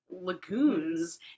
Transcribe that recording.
lagoons